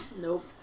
Nope